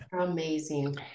Amazing